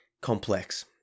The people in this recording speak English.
Complex